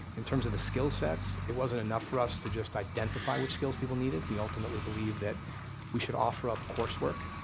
in terms of the skill sets, it wasn't enough for us to just identify which skills people needed, needed, we ultimately believe that we should offer up coursework,